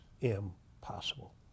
impossible